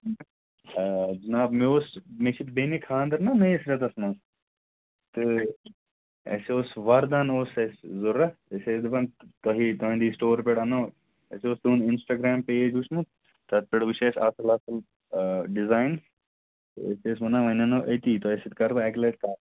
جِناب مےٚ اوس مےٚ چھِ بٮ۪نہِ خانٛدَر نا نٔیِس رٮ۪تَس منٛز تہٕ اَسہِ اوس وَردَن اوس اَسہِ ضروٗرت أسۍ ٲسۍ دپان تُہی تُہٕنٛدی سِٹور پٮ۪ٹھ اَنَو اَسہِ اوس تُہٕنٛد اِنَسٹاگرٛام پیج وُچھمُت تَتھ پٮ۪ٹھ وُچھ اَسہِ اَصٕل اَصٕل ڈِزایِن أسۍ ٲسۍ وَنان ؤنۍ اَنو أتی تۄہہِ سۭتۍ کَرٕ بہٕ اَکہِ لَٹہِ کَتھ